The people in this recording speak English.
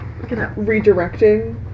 redirecting